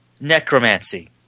necromancy